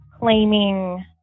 claiming